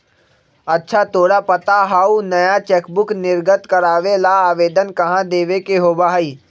अच्छा तोरा पता हाउ नया चेकबुक निर्गत करावे ला आवेदन कहाँ देवे के होबा हई?